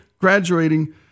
graduating